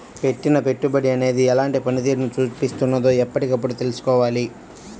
పెట్టిన పెట్టుబడి అనేది ఎలాంటి పనితీరును చూపిస్తున్నదో ఎప్పటికప్పుడు తెల్సుకోవాలి